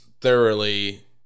thoroughly